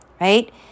right